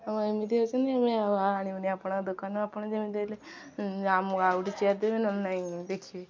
ଆମ ଏମିତି ହେଉଛନ୍ତି ଆମେ ଆଉ ଆଣିବୁନି ଆପଣଙ୍କ ଦୋକାନରୁ ଆପଣ ଯେମିତି ହେଲେ ଆମକୁ ଆଉ ଗୋଟେ ଚେଆର ଦେବେ ନହେଲେ ନାଇଁ ଦେଖିବେ